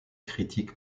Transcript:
critique